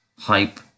hype